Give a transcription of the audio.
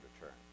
return